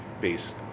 based